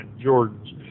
Jordan's